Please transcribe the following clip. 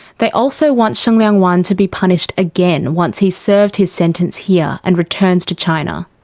they also want shengliang wan to be punished again once he's served his sentence here and returns to china.